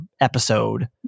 episode